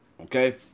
okay